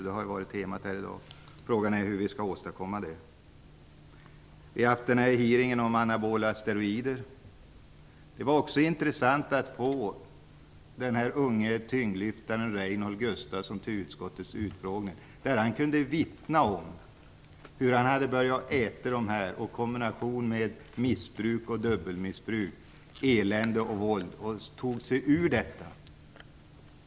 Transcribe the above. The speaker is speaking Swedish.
Det har varit temat här i dag. Frågan är hur vi skall åstadkomma den samordningen. Vi har haft en hearing om anabola steroider. Det var intressant att höra den unge tyngdlyftaren Rainhold Gustavsson som kom till utskottets utfrågning. Han kunde vittna om hur han hade börjat äta dopningspreparat. Han berättade om dubbelmissbruk, elände och våld och om hur han tog sig ur detta.